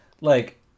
like-